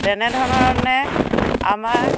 তেনেধৰণে আমাৰ